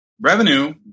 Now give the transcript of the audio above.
revenue